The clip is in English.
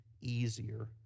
easier